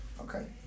Okay